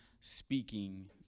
speaking